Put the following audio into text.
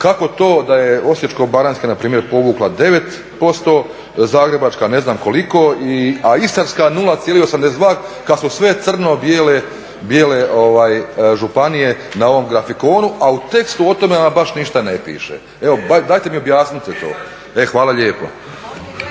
kako to da je Osječko-baranjska na primjer povukla 9%, Zagrebačka ne znam koliko a Istarska 0,82% kad su sve crno bijele županije na ovom grafikonu, a u tekstu o tome ama baš ništa ne piše. Evo dajte mi objasnite to. Hvala lijepo.